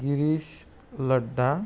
Girish Ladda